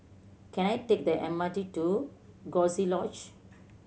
can I take the M R T to Coziee Lodge